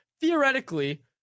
Theoretically